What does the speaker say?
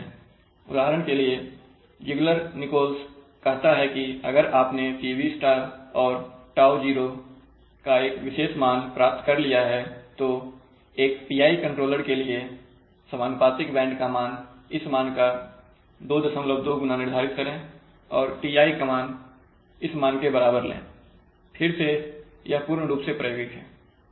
उदाहरण के लिए Ziegler Nichols कहता है कि अगर आपने PB और τₒ का एक विशेष मान प्राप्त कर लिया है तो एक PI कंट्रोलर के लिए समानुपातिक बैंड क मान इस मान का 22 गुना निर्धारित करें और Ti को इस मान के बराबर लें फिर से यह पूर्ण रूप से प्रायोगिक है